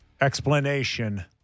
explanation